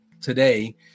today